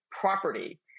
property